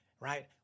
right